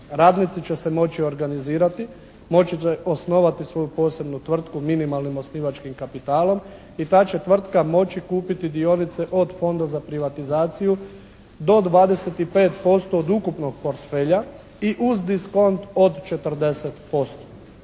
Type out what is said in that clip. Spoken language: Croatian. Radnici će se moći organizirati, moći će osnovati svoju tvrtku minimalnim osnivačkim kapitalom i ta će tvrtka moći kupiti dionice od Fonda za privatizaciju do 25% od ukupnog portfelja i uz diskont od 40%.